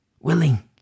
willing